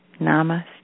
Namaste